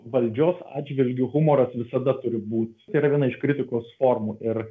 valdžios atžvilgiu humoras visada turi būt tai yra viena iš kritikos formų ir